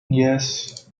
yes